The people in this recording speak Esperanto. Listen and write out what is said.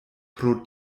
pro